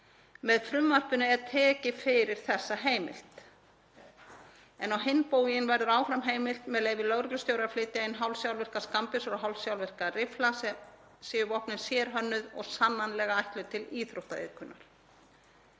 Með frumvarpinu er tekið fyrir þessa heimild en á hinn bóginn verður áfram heimilt, með leyfi lögreglustjóra, að flytja inn hálfsjálfvirkar skammbyssur og hálfsjálfvirka riffla séu vopnin sérhönnuð og sannanlega ætluð til íþróttaiðkunar.